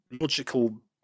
logical